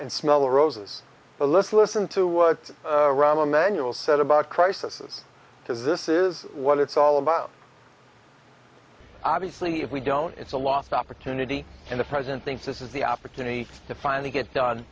and smell the roses to listen listen to what rahm emanuel said about crisis to this is what it's all about obviously if we don't it's a lost opportunity and the president thinks this is the opportunity to finally get done